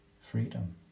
freedom